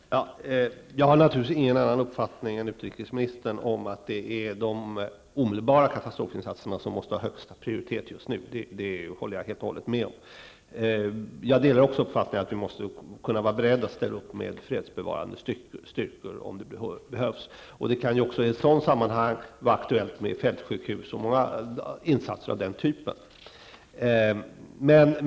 Herr talman! Jag har naturligtvis ingen annan uppfattning än utrikesministern när det gäller att det är de omedelbara katastrofinsatserna som måste ha högsta prioritet just nu. Det håller jag helt och hållet med om. Jag delar också uppfattningen att vi måste vara beredda att ställa upp med fredsbevarande styrkor om det behövs. I det sammanhanget kan det ju också vara aktuellt med fältsjukhus och många insatser av den typen.